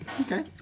Okay